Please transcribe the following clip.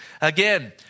Again